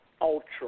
Ultra